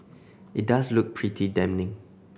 it does look pretty damning